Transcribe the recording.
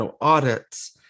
audits